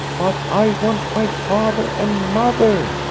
but i want my father and mother,